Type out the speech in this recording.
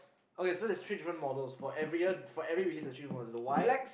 okay so there's three different model for every year for every release there are three different model the white